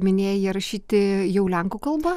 minėjai jie rašyti jau lenkų kalba